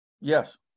Yes